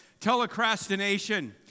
Telecrastination